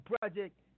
Project